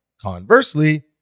Conversely